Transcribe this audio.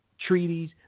treaties